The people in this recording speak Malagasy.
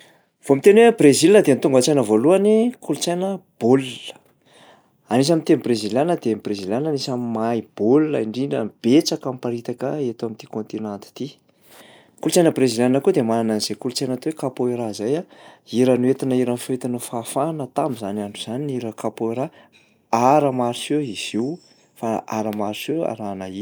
Vao miteny hoe Brezila dia tonga ao an-tsaina voalohany kolontsaina baolina. Anisan'ny miteny breziliana de ny breziliana anisan'ny mahay baolina indrindra, betsaka miparitaka eto amin'ity kontinanta ity. Kolontsaina breziliana koa dia manana an'zay kolontsaina atao hoe capoeira izay a, hira noentina- hira foentina fahafahana tam'zany andro zany ny hira capoeira, arts martiaux izy io fa arts martiaux arahana hira.